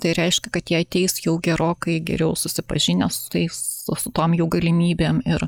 tai reiškia kad jie ateis jau gerokai geriau susipažinę su tais su tom jų galimybėm ir